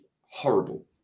horrible